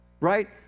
right